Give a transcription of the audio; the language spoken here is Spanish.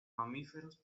mamíferos